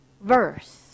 verse